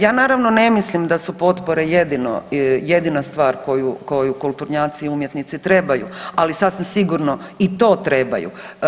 Ja naravno ne mislim da su potpore jedina stvar koju kulturnjaci i umjetnici trebaju, ali sasvim sigurno i to trebaju.